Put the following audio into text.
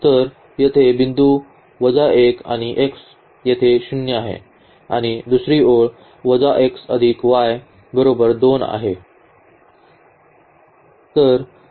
तर येथे बिंदू वजा 1 आणि x येथे 0 आहे आणि दुसरी ओळ 2 आहे